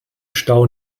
stau